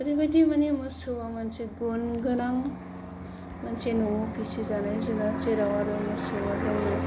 ओरैबायदि माने मोसौआ मोनसे गुन गोनां मोनसे न'आव फिसिजानाय जुनार जेराव आरो मोसौआ जोंनो